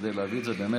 כדי להביא את זה באמת